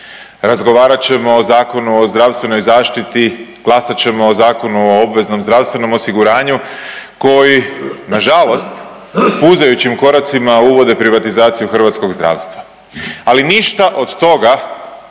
Razgovarat ćemo o Zakonu o zdravstvenoj zaštiti. Glasat ćemo o Zakonu o obveznom zdravstvenom osiguranju koji na žalost puzajućim koracima uvode privatizaciju hrvatskog zdravstva. Ali ništa od toga